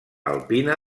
alpina